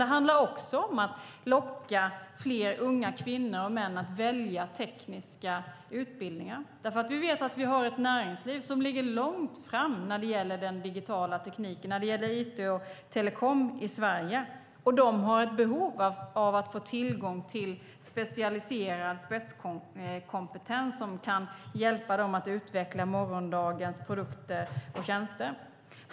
Det handlar också om att locka fler unga kvinnor och män att välja tekniska utbildningar. Vi har ett näringsliv som ligger långt fram när det gäller den digitala tekniken, it och telekom i Sverige, och de har ett behov av att få tillgång till specialiserad spetskompetens som kan hjälpa dem att utveckla morgondagens produkter och tjänster.